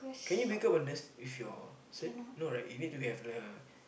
can you become a nurse with your cert no right you need to have the